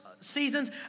Seasons